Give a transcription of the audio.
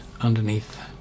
underneath